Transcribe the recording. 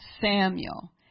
Samuel